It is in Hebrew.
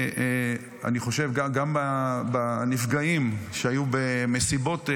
אני חושב שגם הנפגעים שהיו במסיבות,